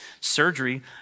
surgery